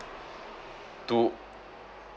two